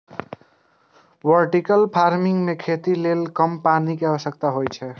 vertical farming मे खेती लेल कम पानि के आवश्यकता होइ छै